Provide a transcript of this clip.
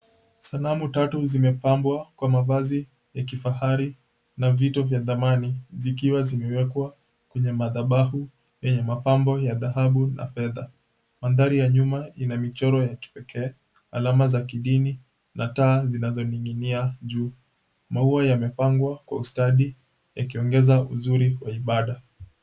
Sanamu tatu zimepambwa kwa mavazi ya kifahari na vito vya dhamani zikiwa zimewekwa kwenye madhabahu yenye mapambo ya dhahabu na fedha. Mandhari ya nyuma ina michoro ya kipekee, alama za kidini na taa zinazoning'inia juu. Maua yamepangwa kwa ustadi yakiongeza uzuri wa ibada.